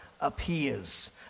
appears